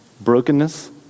Brokenness